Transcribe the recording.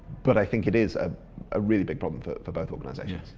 but i think it is a ah really big problem for for both organisations.